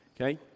Okay